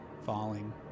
falling